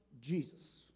Jesus